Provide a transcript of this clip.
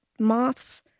moths